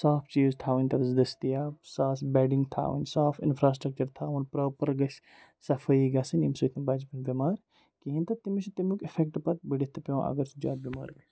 صاف چیٖز تھاوٕنۍ تَتٮ۪س دٔستِیاب ساس بیٚڈِنٛگ تھاوٕنۍ صاف اِنفرٛاسٹرٛکچَر تھاوُن پرٛاپَر گَژھِ صفٲیی گَژھٕنۍ ییٚمہِ سۭتۍ نہٕ بَچہٕ پٮ۪ن بٮ۪مار کِہیٖنۍ تہٕ تٔمِس چھُ تمیُک اِفٮ۪کٹ پَتہٕ بٔڑِتھ تہٕ پٮ۪وان اگر سُہ زیادٕ بٮ۪مار گژھِ